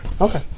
Okay